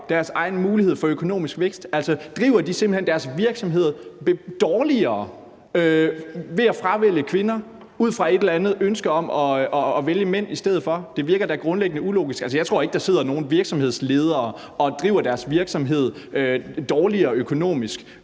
deres egen mulighed for økonomisk vækst? Altså, driver de simpelt hen deres virksomheder dårligere ved at fravælge kvinder ud fra et eller andet ønske om at vælge mænd i stedet for? Det virker da grundlæggende ulogisk. Altså, jeg tror ikke, der sidder nogen virksomhedsledere og driver deres virksomhed dårligere økonomisk